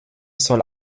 soll